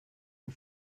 con